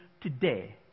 today